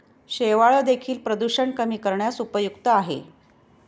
शेवाळं देखील प्रदूषण कमी करण्यास उपयुक्त आहे